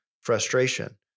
frustration